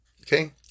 Okay